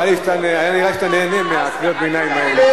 היה נראה לי שאתה נהנה מקריאות הביניים האלה.